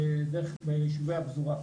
דרך יישובי הפזורה.